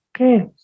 okay